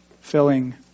filling